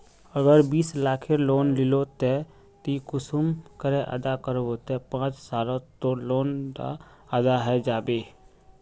अगर बीस लाखेर लोन लिलो ते ती कुंसम करे अदा करबो ते पाँच सालोत तोर लोन डा अदा है जाबे?